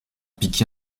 piqué